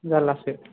जाल्लासो